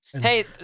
Hey